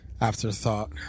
Afterthought